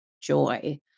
joy